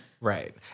Right